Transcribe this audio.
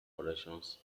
corrections